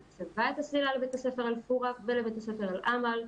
היא צבעה את הסלילה לבית הספר אל פורעה ולבית הספר אל אמל,